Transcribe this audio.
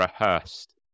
rehearsed